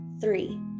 Three